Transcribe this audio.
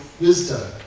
wisdom